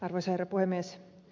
arvoisa herra puhemies